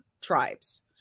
tribes